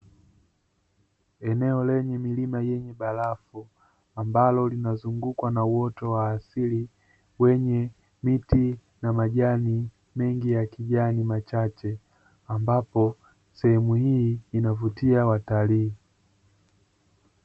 Eneo lenye milima yenye barafu, ambalo linazungukwa na uoto wa asili, wenye miti na majani mengi ya kijani machache, ambapo sehemu hii inavutia watalii.